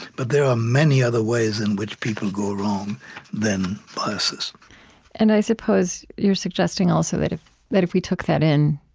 but there are many other ways in which people go wrong than biases and i suppose you're suggesting, also, that ah that if we took that in,